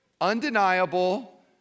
undeniable